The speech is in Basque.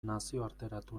nazioarteratu